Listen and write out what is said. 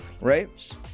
right